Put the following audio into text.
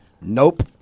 Nope